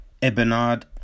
Ebenard